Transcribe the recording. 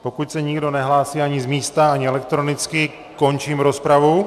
Pokud se nikdo nehlásí ani z místa, ani elektronicky, končím rozpravu.